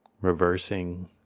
reversing